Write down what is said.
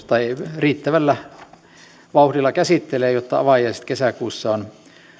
tai riittävällä vauhdilla käsittelee jotta avajaiset kesäkuussa on